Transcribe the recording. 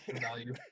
value